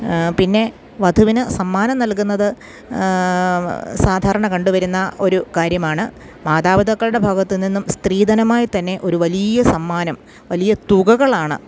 പിന്നെ വധുവിന് സമ്മാനം നൽകുന്നത് സാധാരണ കണ്ടുവരുന്ന ഒരു കാര്യമാണ് മാതാപിതാക്കളുടെ ഭാഗത്ത് നിന്നും സ്ത്രീധനമായി തന്നെ ഒരു വലിയ സമ്മാനം വലിയ തുകകളാണ്